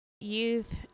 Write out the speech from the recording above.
youth